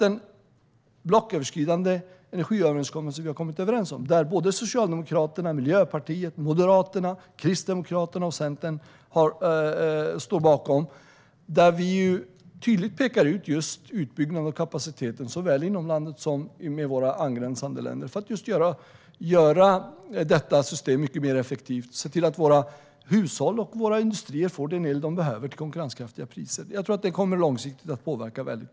I den blocköverskridande energiöverenskommelsen, som Socialdemokraterna, Miljöpartiet, Moderaterna, Kristdemokraterna och Centern står bakom, pekar vi tydligt ut just utbyggnaden och kapaciteten såväl inom landet som i förhållande till angränsande länder för att göra systemet mycket mer effektivt. Vi ska se till att hushållen och industrierna får den el de behöver till konkurrenskraftiga priser. Detta kommer långsiktigt att ha stor påverkan.